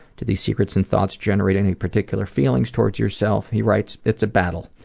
do these secrets and thoughts generate any particular feelings towards yourself? he writes, it's a battle.